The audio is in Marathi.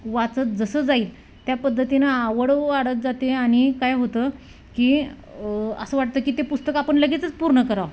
वाचत जसं जाईल त्या पद्धतीनं आवड वाढत जाते आणि काय होतं की असं वाटतं की ते पुस्तक आपण लगेचच पूर्ण करावं